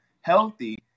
healthy